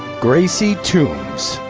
gracie toombs.